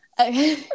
Okay